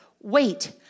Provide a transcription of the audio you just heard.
Wait